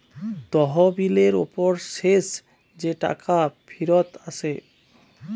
তহবিলের উপর শেষ যে টাকা ফিরত আসে